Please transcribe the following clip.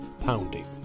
pounding